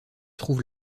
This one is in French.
trouve